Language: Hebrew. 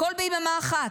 הכול ביממה אחת,